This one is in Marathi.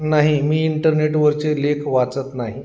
नाही मी इंटरनेटवरचे लेख वाचत नाही